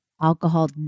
alcohol